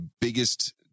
biggest